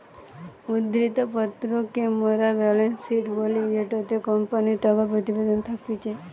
উদ্ধৃত্ত পত্র কে মোরা বেলেন্স শিট বলি জেটোতে কোম্পানির টাকা প্রতিবেদন থাকতিছে